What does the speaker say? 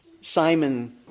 Simon